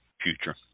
future